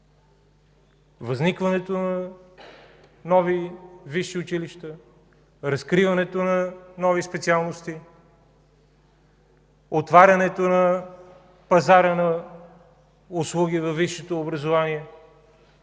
Възникването на нови висши училища, разкриването на нови специалности, отварянето на пазара на услуги във висшето образование –